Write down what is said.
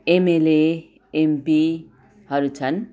MLA एमपीहरू छन्